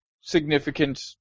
significant